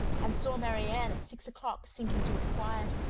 and saw marianne at six o'clock sink into a quiet,